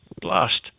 Blast